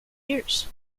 years